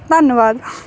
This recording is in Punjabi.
ਧੰਨਵਾਦ